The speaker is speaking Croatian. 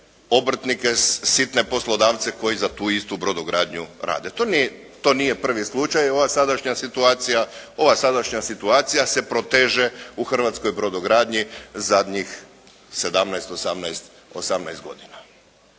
obrtnike, sitne poslodavce koji za tu istu brodogradnju rade. To nije prvi slučaj ova sadašnja situacija. Ova sadašnja situacija se proteže u hrvatskoj brodogradnji zadnjih 17, 18 godina.